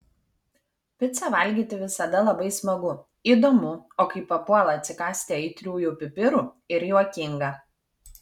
picą valgyti visada labai smagu įdomu o kai papuola atsikąsti aitriųjų pipirų ir juokinga